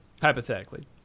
Hypothetically